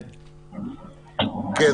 שהיה,